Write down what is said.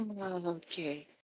okay